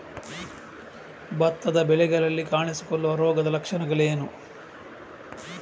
ಭತ್ತದ ಬೆಳೆಗಳಲ್ಲಿ ಕಾಣಿಸಿಕೊಳ್ಳುವ ರೋಗದ ಲಕ್ಷಣಗಳೇನು?